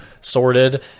sorted